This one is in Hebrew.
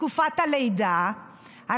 תקופת הלידה,